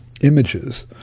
images